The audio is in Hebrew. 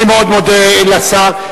אני מאוד מודה לשר.